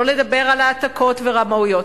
לא לדבר על העתקות ורמאויות,